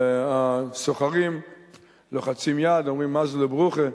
הסוחרים לוחצים יד, אומרים "מזל וברכה",